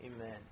amen